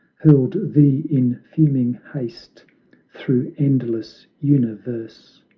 hurled thee in fuming haste through endless universe!